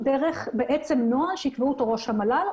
כשאנחנו מדברים על חלופות,